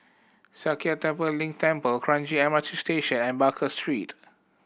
Sakya Tenphel Ling Temple Kranji M R T Station and Baker Street